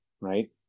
Right